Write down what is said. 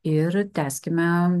ir tęskime